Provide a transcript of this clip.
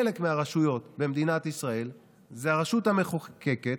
חלק מהרשויות במדינת ישראל היא הרשות המחוקקת,